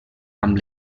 amb